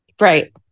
Right